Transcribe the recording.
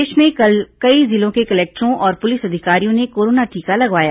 प्रदेश में कल कई जिलों के कलेक्टरों और पुलिस अधिकारियों ने कोरोना टीका लगवाया